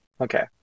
Okay